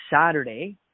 Saturday